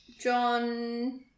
John